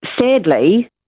Sadly